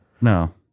no